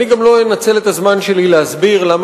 אני גם לא אנצל את הזמן שלי להסביר למה